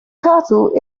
castle